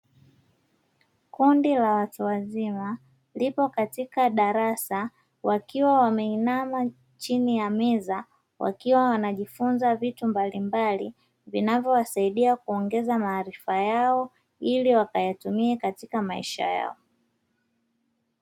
Kundi la watu wazima lipo katika darasa, wakiwa wameinama chini ya meza wakiwa wanajifunza vitu mbalimbali, vinavyo wasaidia kuongeza maarifa yao ili wakayatumie katika maisha yao.